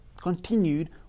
continued